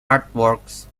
artworks